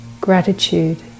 gratitude